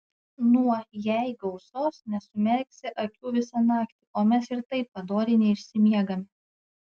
nuo jei gausos nesumerksi akių visą naktį o mes ir taip padoriai neišsimiegame